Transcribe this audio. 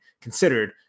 considered